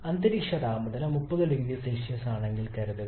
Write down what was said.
അന്തരീക്ഷ താപനില 30 0C ആണെങ്കിൽ കരുതുക